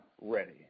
ready